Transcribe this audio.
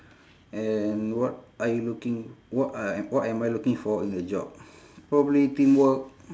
and what I looking what I what am I looking for in a job probably teamwork